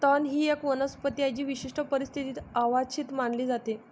तण ही एक वनस्पती आहे जी विशिष्ट परिस्थितीत अवांछित मानली जाते